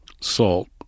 salt